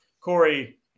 Corey